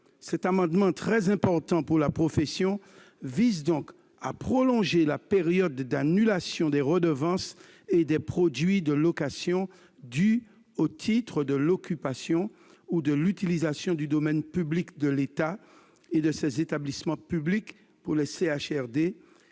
Cet amendement, très important pour la profession, vise donc à prolonger la période d'annulation des redevances et produits de location dus au titre de l'occupation ou de l'utilisation du domaine public de l'État et de ses établissements publics pour les CHR,